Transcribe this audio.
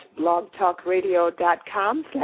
blogtalkradio.com